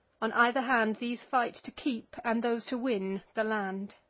on either hand, these fight to keep, and those to win, the land.